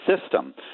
system